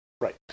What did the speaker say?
Right